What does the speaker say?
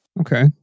Okay